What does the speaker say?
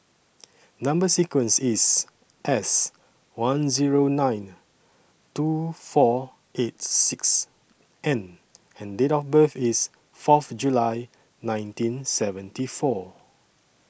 Number sequence IS S one Zero nine two four eight six N and Date of birth IS Fourth July nineteen seventy four